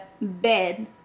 bed